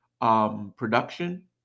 production